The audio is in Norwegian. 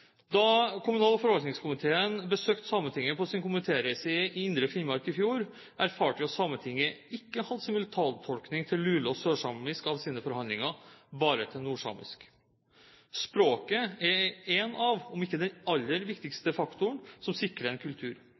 Da kommunal- og forvaltningskomiteen besøkte Sametinget på sin komitéreise i indre Finnmark i fjor, erfarte vi at Sametinget ikke hadde simultantolking av sine forhandlinger til lule- og sørsamisk, bare til nordsamisk. Språket er én av de aller viktigste faktorene, om ikke den aller viktigste, som sikrer en kultur.